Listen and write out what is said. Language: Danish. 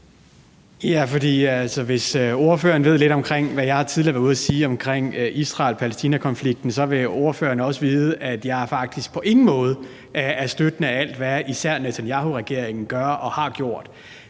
Hvis ordføreren ved lidt om, hvad jeg tidligere har været ude at sige om Israel-Palæstina-konflikten, vil ordføreren også vide, at jeg på ingen måde støtter alt, hvad især Netanyahuregeringen gør og har gjort.